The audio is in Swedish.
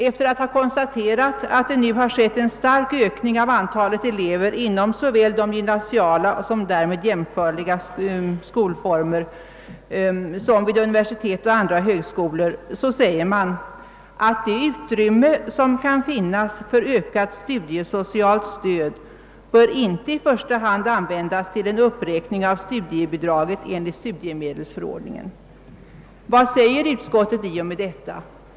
Efter att ha konstaterat att det nu har skett en stark ökning av antalet elever inom såväl de gymnasiala och därmed jämställda skolformerna som vid universitet och högskolor, säger man: »Det utrymme som kan finnas för ökat studiesocialt stöd bör enligt utskottets mening inte i första hand användas till en uppräkning av studiebidraget enligt studiemedelsförordningen.» Vad säger utskottet i och med detta?